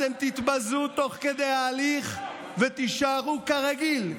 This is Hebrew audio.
אתם תתבזו תוך כדי ההליך ותישארו כרגיל,